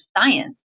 science